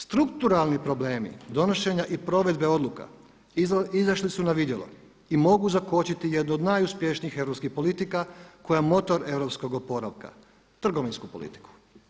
Strukturalni problemi donošenja i provedbe odluka izašli su na vidjelo i mogu zakočiti jednu od najuspješnijih europskih politika koja je motor europskog oporavka, trgovinsku politiku.